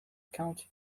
county